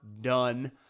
done